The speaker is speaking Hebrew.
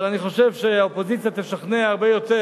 אבל אני חושב שהאופוזיציה תשכנע הרבה יותר